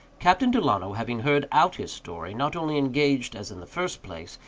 captain delano, having heard out his story, not only engaged, as in the first place,